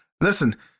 Listen